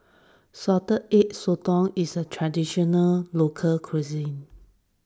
Salted Egg Sotong is a Traditional Local Cuisine